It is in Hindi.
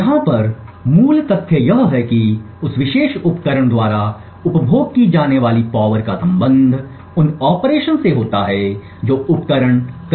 यहाँ पर मूल तथ्य यह है कि इस विशेष उपकरण द्वारा उपभोग की जाने वाली पावर का संबंध उन ऑपरेशन से होता है जो उपकरण करता है